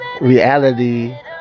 Reality